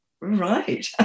Right